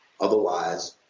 Otherwise